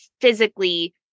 physically